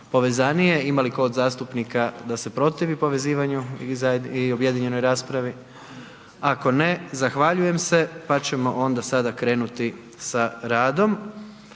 povezanije. Ima li tko od zastupnika da se protivi povezivanju i objedinjenoj raspravi? Ako ne, zahvaljujem se pa ćemo onda sada krenuti sa radom.